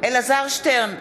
אלעזר שטרן,